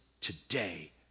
today